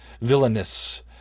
Villainous